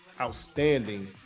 outstanding